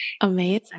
Amazing